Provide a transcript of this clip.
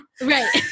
Right